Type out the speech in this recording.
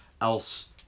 else